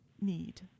need